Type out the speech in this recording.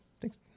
Thanks